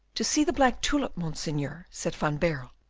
to see the black tulip, monseigneur, said van baerle,